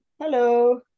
hello